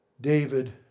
David